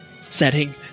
setting